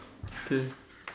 okay